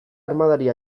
armadari